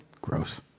Gross